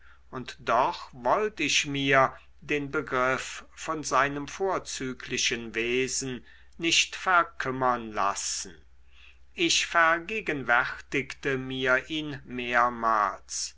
und doch wollt ich mir den begriff von seinem vorzüglichen wesen nicht verkümmern lassen ich vergegenwärtigte mir ihn mehrmals